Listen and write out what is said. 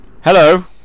Hello